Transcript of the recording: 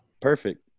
Perfect